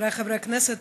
חבריי חברי הכנסת,